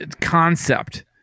concept